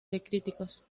críticos